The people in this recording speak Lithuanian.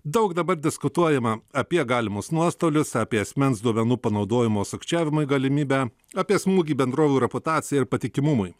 daug dabar diskutuojama apie galimus nuostolius apie asmens duomenų panaudojimo sukčiavimui galimybę apie smūgį bendrovių reputacijai ir patikimumui